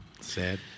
Sad